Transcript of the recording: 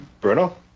Bruno